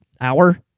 Hour